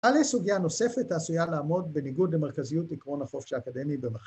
‫על סוגיה נוספת עשויה לעמוד ‫בניגוד למרכזיות עקרון החופש האקדמי.